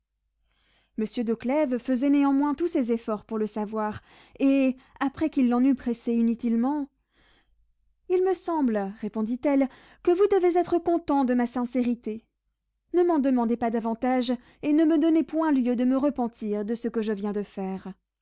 monsieur de clèves faisait néanmoins tous ses efforts pour le savoir et après qu'il l'en eut pressée inutilement il me semble répondit-elle que vous devez être content de ma sincérité ne m'en demandez pas davantage et ne me donnez point lieu de me repentir de ce que je viens de faire